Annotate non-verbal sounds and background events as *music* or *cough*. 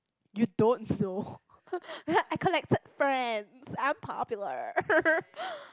you don't know *laughs* I collected friends I'm popular *laughs*